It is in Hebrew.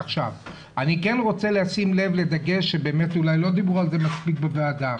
עכשיו אני כן רוצה לשים לב לדגש שאולי לא דיברו על זה מספיק בוועדה.